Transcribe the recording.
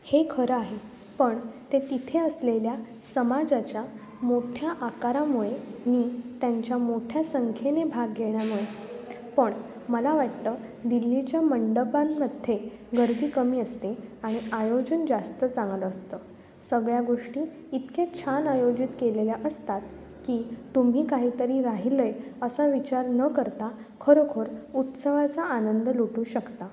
हे खरं आहे पण ते तिथे असलेल्या समाजाच्या मोठ्या आकारामुळे नी त्यांच्या मोठ्या संख्येने भाग घेण्यामुळे पण मला वाटतं दिल्लीच्या मंडपांमध्ये गर्दी कमी असते आणि आयोजन जास्त चांगलं असतं सगळ्या गोष्टी इतक्या छान आयोजित केलेल्या असतात की तुम्ही काहीतरी राहिलं आहे असा विचार न करता खरोखर उत्सवाचा आनंद लुटू शकता